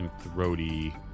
throaty